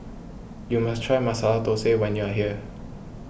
you must try Masala Thosai when you are here